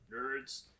nerds